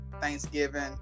thanksgiving